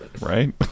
Right